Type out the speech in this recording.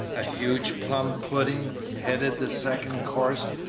a huge plum-pudding headed the second course,